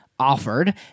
offered